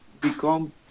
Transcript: become